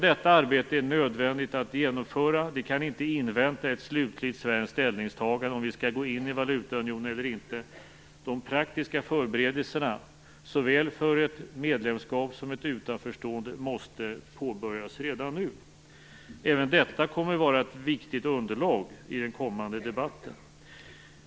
Det är nödvändigt att genomföra även detta arbete. Vi kan inte invänta ett slutligt svenskt ställningstagande om vi skall gå in i valutaunionen eller inte. De praktiska förberedelserna såväl för ett medlemskap som för ett utanförstående måste påbörjas redan nu. Även detta kommer att vara ett viktigt underlag i den kommande debatten.